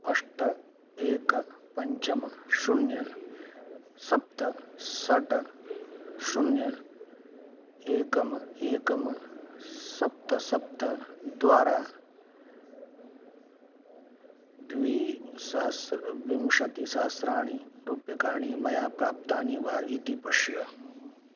अष्ट एकं पञ्च शून्यं सप्त षट् शून्यं एकम् एकम् सप्त सप्त द्वारा द्विसहस्रं विंशतिसहस्राणि रूप्यकाणि मया प्राप्तानि वा इति पश्य